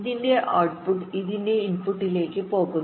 ഇതിന്റെ ഔട്ട്പുട് ഇതിന്റെ ഇൻപുട്ടിലേക്ക് പോകുന്നു